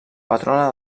patrona